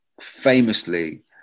famously